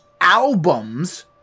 albums